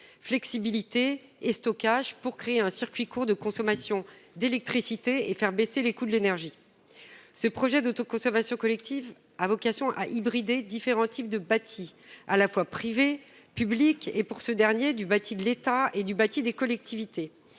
flexibilité et stockage, pour créer un circuit court de consommation d'électricité et réduire les coûts de l'énergie. Ce projet d'autoconsommation collective a vocation à hybrider différents types de bâti ; il concerne le privé et le public et, pour ce dernier, à la fois l'État et les collectivités.